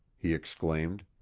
he exclaimed.